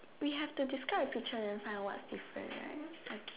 we have to discuss the picture and find out what's the difference right okay